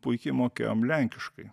puikiai mokėjom lenkiškai